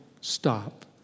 stop